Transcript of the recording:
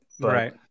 Right